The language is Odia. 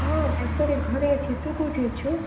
ହଁ ବାସରେ ଘରେ ଅଛି ତୁ କୋଉଠି ଅଛୁ